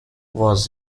was